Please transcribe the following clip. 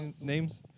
names